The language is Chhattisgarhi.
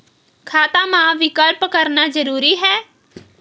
खाता मा विकल्प करना जरूरी है?